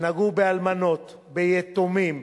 שנגעו באלמנות, ביתומים,